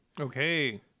Okay